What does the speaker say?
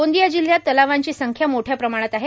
गोंदिया जिल्ह्यात तलावांची संख्या मोठया प्रमाणात आहे